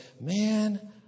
Man